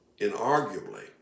inarguably